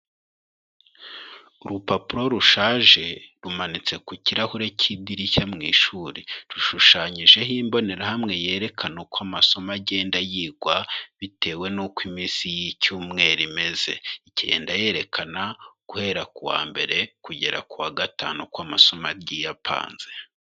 Urupapuro rushaje, rumanitse ku kirahure cy'idirishya mu ishuri. Rushushanyijeho imbonerahamwe yerekana uko amasomo agenda yigwa, bitewe n'uko iminsi y'Icyumweru imeze. Igenda yerekana guhera ku wa Mbere kugera ku wa Gatanu uko amasomo agiye apanze.